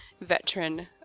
veteran